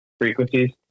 frequencies